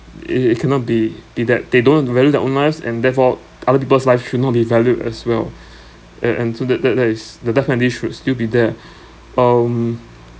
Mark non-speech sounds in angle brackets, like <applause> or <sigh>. it it cannot be <breath> be that they don't value their own lives and therefore other people's life should not be valued as well <breath> and and so that that that is the death penalty should still be there <breath> um